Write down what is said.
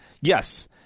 yes